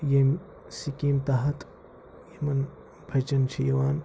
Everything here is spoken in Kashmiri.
ییٚمہِ سِکیٖمہِ تحت یِمَن بَچَن چھِ یِوان